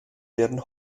werden